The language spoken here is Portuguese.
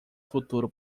futuro